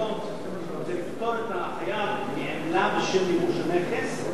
לפטור את החייב מעמלה בשל מימוש הנכס,